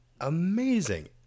amazing